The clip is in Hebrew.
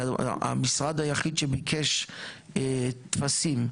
המשרד היחיד שביקש טפסים,